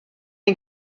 you